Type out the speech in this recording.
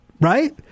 right